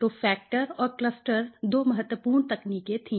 तो फैक्टर और क्लस्टर दो महत्वपूर्ण तकनीकें थी